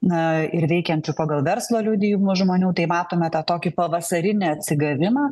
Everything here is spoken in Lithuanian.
na ir veikiančių pagal verslo liudijimus žmonių tai matome tą tokį pavasarinį atsigavimą